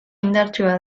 indartsua